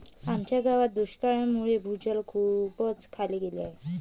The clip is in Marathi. आमच्या गावात दुष्काळामुळे भूजल खूपच खाली गेले आहे